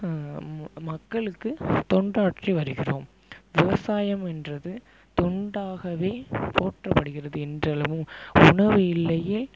ம மக்களுக்கு தொண்டாற்றி வருகிறோம் விவசாயம் என்றது தொண்டாகவே போற்றப்படுகிறது இன்றளவும் உணவு இல்லையே